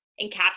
encapsulate